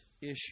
issue